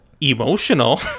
emotional